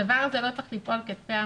הדבר הזה לא צריך ליפול --- עמותה.